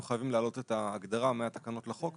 חייבים להעלות את ההגדרה מהתקנות אל החוק,